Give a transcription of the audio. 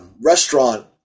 restaurant